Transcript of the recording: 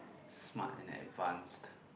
smart and advanced